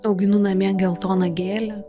auginu namie geltoną gėlę